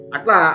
Atla